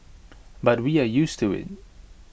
but we are used to IT